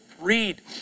Read